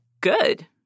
Good